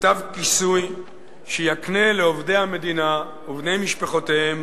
כתב כיסוי שיקנה לעובדי המדינה ובני משפחותיהם